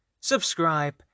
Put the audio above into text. subscribe